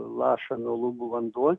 laša nuo lubų vanduo